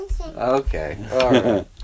Okay